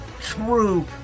true